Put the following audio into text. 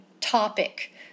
topic